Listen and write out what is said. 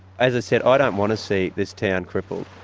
as i said, ah i don't want to see this town crippled.